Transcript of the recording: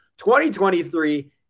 2023